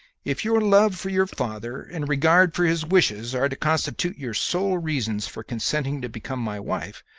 if your love for your father and regard for his wishes are to constitute your sole reasons for consenting to become my wife,